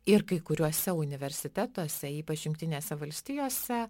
ir kai kuriuose universitetuose ypač jungtinėse valstijose